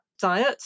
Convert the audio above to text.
Diet